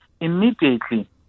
immediately